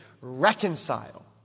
reconcile